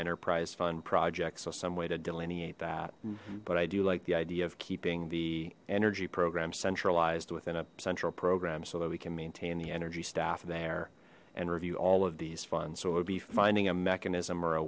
enterprise fund projects so some way to delineate that but i do like the idea of keeping the energy program centralized within a central program so that we can maintain the energy staff there and review all of these funds so it would be finding a mechanism or a